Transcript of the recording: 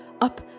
up